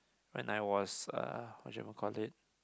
when I was uh what should I even call it